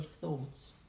thoughts